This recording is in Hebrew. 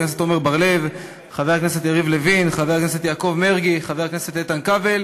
על החוק עצמו,